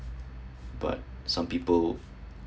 but some people